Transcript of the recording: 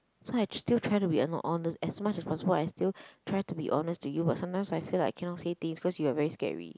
so I still trying to be honest as much as possible I still try to be honest to you but sometimes I feel like I cannot say things because you are very scary